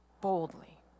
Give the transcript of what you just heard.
boldly